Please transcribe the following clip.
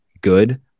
good